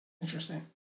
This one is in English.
Interesting